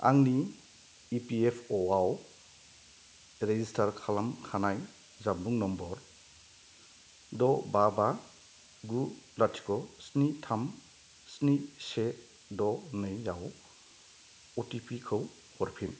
आंनि इपिएफअ' आव रेजिस्टार खालामखानाय जानबुं नम्बर द' बा बा गु लाथिख' स्नि थाम स्नि से द' नैयाव अटिपि खौ हरफिन